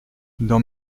dans